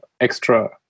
extra